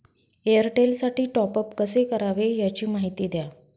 एअरटेलसाठी टॉपअप कसे करावे? याची माहिती द्या